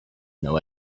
know